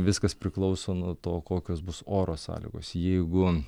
viskas priklauso nuo to kokios bus oro sąlygos jeigu